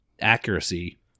accuracy